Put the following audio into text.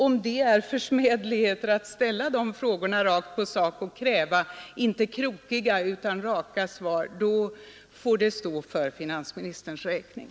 Om det är försmädligheter att ställa de frågorna rakt på sak och kräva inte krokiga utan raka svar, då får det stå för finansministerns räkning.